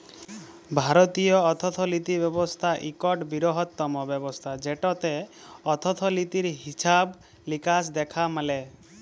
ভারতীয় অথ্থলিতি ব্যবস্থা ইকট বিরহত্তম ব্যবস্থা যেটতে অথ্থলিতির হিছাব লিকাস দ্যাখা ম্যালে